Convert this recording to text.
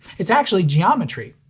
it's actually geometry!